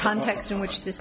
context in which th